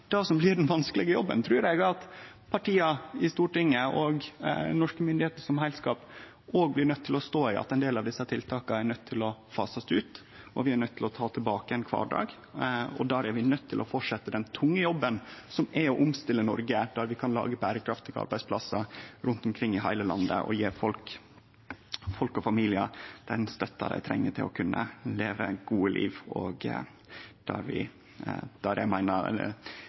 Det som blir den vanskelege jobben, trur eg partia i Stortinget og norske myndigheiter som heilskap òg blir nøydde til å stå i – at ein del av desse tiltaka må fasast ut, og at vi er nøydde til å ta tilbake ein kvardag. Der er vi nøydde til å fortsetje den tunge jobben, som er å omstille Noreg og lage berekraftige arbeidsplassar rundt omkring i heile landet og gje folk og familiar den støtta dei treng for å kunne leve eit godt liv, der eg meiner dei siste budsjetta til fleirtalet har vist ei tydeleg retning. Eg